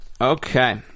Okay